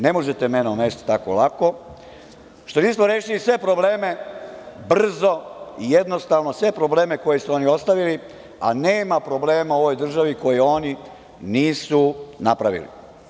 Ne možete mene omesti tako lako. … što nismo rešili sve probleme brzo i jednostavno koje su oni ostavili, a nema problema u ovoj državi koje oni nisu napravili.